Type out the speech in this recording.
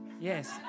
Yes